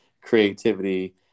creativity